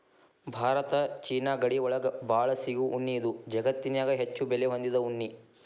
Bharat China ಗಡಿ ಒಳಗ ಬಾಳ ಸಿಗು ಉಣ್ಣಿ ಇದು ಜಗತ್ತನ್ಯಾಗ ಹೆಚ್ಚು ಬೆಲೆ ಹೊಂದಿದ ಉಣ್ಣಿ